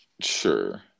Sure